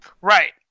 Right